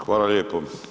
Hvala lijepo.